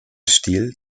stil